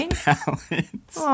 balance